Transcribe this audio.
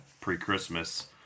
pre-Christmas